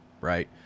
right